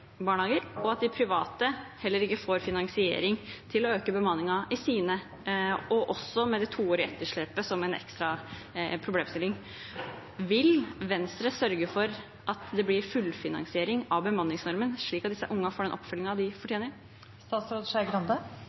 barnehager, og at de private heller ikke får finansiering til å øke bemanningen i sine – og med det toårige etterslepet som en ekstra problemstilling. Vil Venstre sørge for at det blir fullfinansiering av bemanningsnormen, slik at disse ungene får den oppfølgingen de fortjener?